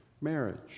marriage